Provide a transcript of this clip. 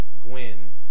Gwen